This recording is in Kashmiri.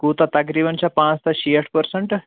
کوٗتاہ تقریٖباً چھا پانٛژھ تہہ شیٹھ پٔرٛسنٹہٕ